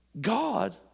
God